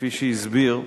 כפי שהסביר,